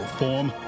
form